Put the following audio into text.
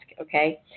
okay